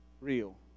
real